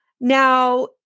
Now